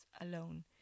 alone